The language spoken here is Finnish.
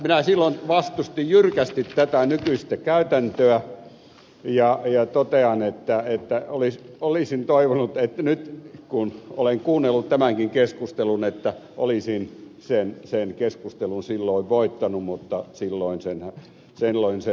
minä silloin vastustin jyrkästi tätä nykyistä käytäntöä ja totean että olisin toivonut nyt kun olen kuunnellut tämänkin keskustelun että olisin sen keskustelun silloin voittanut mutta silloin sen hävisin